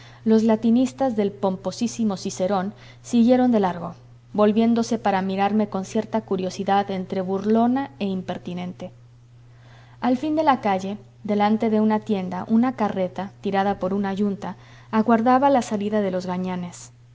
los latinistas del pomposísimo cicerón siguieron de largo volviéndose para mirarme con cierta curiosidad entre burlona e impertinente al fin de la calle delante de una tienda una carreta tirada por una yunta aguardaba la salida de los gañanes